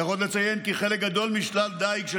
עוד צריך לציין כי חלק גדול משלל הדיג של